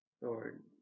Lord